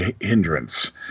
hindrance